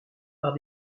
par